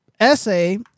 essay